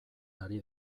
ari